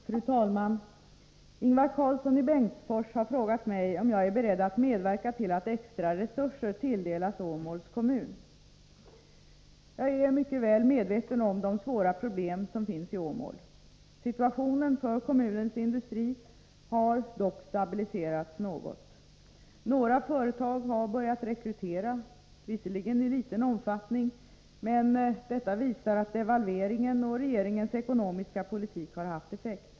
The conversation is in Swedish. Fru talman! Ingvar Karlsson i Bengtsfors har frågat mig om jag är beredd att medverka till att extra resurser tilldelas Åmåls kommun. Jag är mycket väl medveten om de svåra problem som finns i Åmål. Situationen för kommunens industri har dock stabiliserats något. Några företag har börjat rekrytera, visserligen i liten omfattning, men detta visar att devalveringen och regeringens ekonomiska politik har haft effekt.